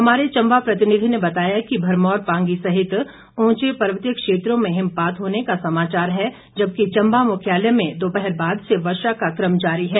हमारे चंबा प्रतिनिधि ने बताया कि भरमौर पांगी सहित ऊंचे पर्वतीय क्षेत्रों में हिमपात होने का समाचार है जबकि चम्बा मुख्यालय में दोपहर बाद से वर्षा का क्रम जारी है